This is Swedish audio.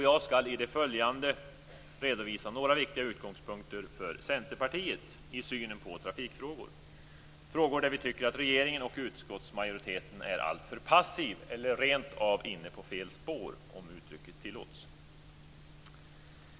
Jag skall i det följande redovisa några viktiga utgångspunkter för Centerpartiet i synen på trafikfrågorna, frågor där vi tycker att regeringen och utskottsmajoriteten är alltför passiva eller rent av är inne på fel spår, om uttrycket tillåts.